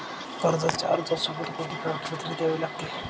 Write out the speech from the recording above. कर्जाच्या अर्जासोबत कोणती कागदपत्रे द्यावी लागतील?